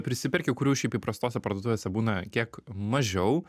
prisiperki kurių šiaip įprastose parduotuvėse būna kiek mažiau